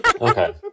Okay